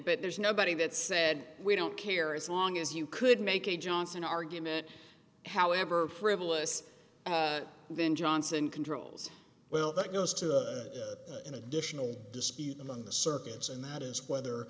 but there's nobody that said we don't care as long as you could make a johnson argument however frivolous then johnson controls well that goes to an additional dispute among the circuits and that is whether